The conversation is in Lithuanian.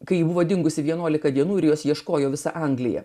kai buvo dingusi vienuolika dienų ir jos ieškojo visa anglija